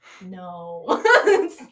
no